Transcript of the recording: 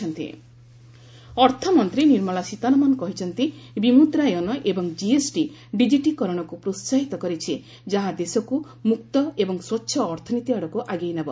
କର୍ଣ୍ଣାଟକ ନିର୍ମଳା ସୀତାରମଣ ଅର୍ଥମନ୍ତ୍ରୀ ନିର୍ମଳା ସୀତାରମଣ କହିଛନ୍ତି ବିମୁଦ୍ରାୟନ ଏବଂ ଜିଏସ୍ଟି ଡିଜିଟିକରଣକୁ ପ୍ରୋସାହିତ କରିଛି ଯାହା ଦେଶକୁ ମୁକ୍ତ ଏବଂ ସ୍ୱଚ୍ଛ ଅର୍ଥନୀତି ଆଡ଼କୁ ଆଗେଇ ନେବ